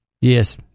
yes